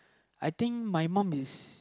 I think my mum is